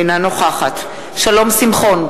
אינה נוכחת שלום שמחון,